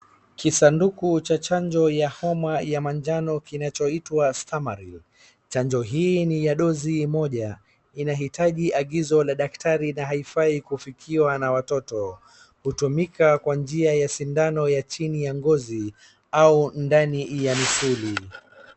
Kisanduku cha chanjo ya homa ya manjano kinachoitwa stamaril . Chanjo hii ni ya dozi moja. Inaitaji angizo la daktari na haifai kufikiwa na watoto. Hutumika kwa njia ya sindano ya chini ya ngozi au ndani ya misuli.